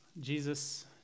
Jesus